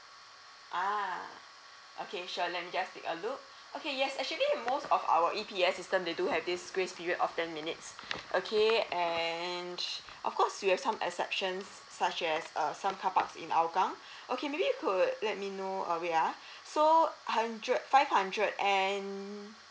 ah okay sure let me just take a look okay yes actually most of our E P S system they do have this grace period of ten minutes okay and of course you have some exceptions such as uh some carpark in hougang okay maybe you could let me know uh wait ah so hundred five hundred and